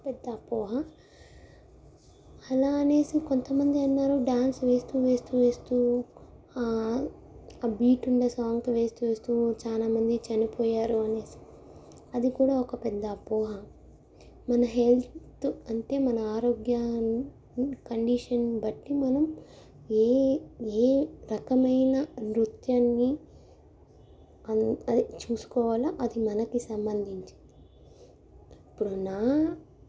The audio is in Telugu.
పెద్ద అపోహ అలా అనేసి కొంతమంది అన్నారు డ్యాన్స్ వేస్తూ వేస్తూ వేస్తూ ఆ బీటు ఉండే సాంగ్తో వేస్తూ వేస్తూ చాలా మంది చనిపోయారు అనేసి అది కూడా ఒక పెద్ద అపోహ మన హెల్త్ అంటే మన ఆరోగ్యాన్ని కండీషన్ బట్టి మనం ఏ ఏ రకమైన నృత్యాన్ని అన్ అది చూసుకోవాలా అది మనకి సంబంధించి ఇప్పుడు నా